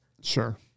Sure